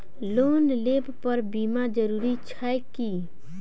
Loan लेबऽ पर बीमा जरूरी छैक की?